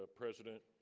ah president